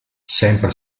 sempre